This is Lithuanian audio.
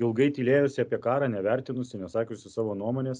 ilgai tylėjusi apie karą nevertinusi nesakiusi savo nuomonės